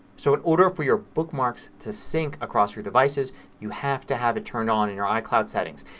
so in order for your bookmarks to sync across your devices you have to have it turned on in your icloud settings.